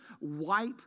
wipe